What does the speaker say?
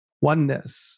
oneness